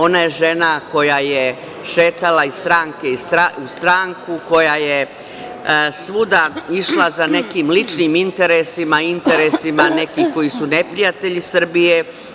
Ona je žena koja je šetala iz stranke u stranku, koja je svuda išla za nekim ličnim interesima i interesima nekih koji su neprijatelji Srbije.